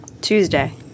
Tuesday